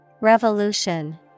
Revolution